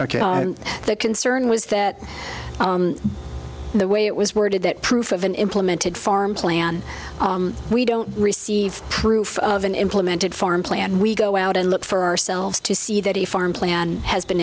i'm the concern was that the way it was worded that proof of an implemented farm plan we don't receive proof of an implemented farm plan we go out and look for ourselves to see that the farm plan has been